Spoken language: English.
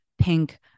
pink